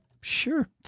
sure